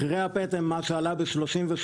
מחירי הפטם, מה שעלה ב-38.5%,